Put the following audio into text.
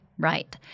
Right